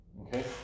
Okay